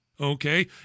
Okay